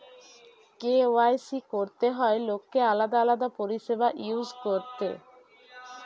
KYC করতে হয় লোককে আলাদা আলাদা পরিষেবা ইউজ করতে